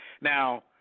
Now